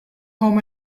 home